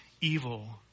evil